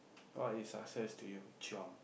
what is success to you Chiong